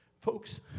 Folks